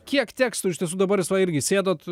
kiek tekstų iš tiesų dabar jūs va irgi sėdot